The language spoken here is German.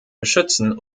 beschützen